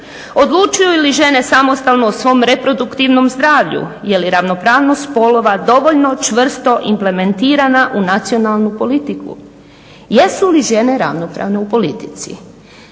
Odlučuju li žene samostalno o svom reproduktivnom zdravlju? Je li ravnopravnost spolova dovoljno čvrsto implementirana u nacionalnu politiku? Jesu li žene ravnopravne u politici?